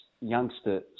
youngster